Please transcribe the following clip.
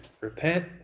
Repent